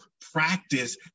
practice